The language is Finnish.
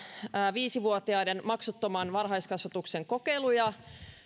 viisi vuotiaiden maksuttoman varhaiskasvatuksen kokeiluja